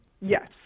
Yes